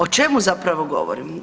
O čemu zapravo govorim?